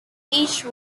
each